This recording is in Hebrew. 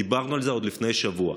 דיברנו על זה עוד לפני שבוע.